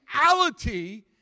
reality